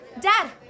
Dad